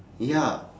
ya